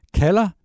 kalder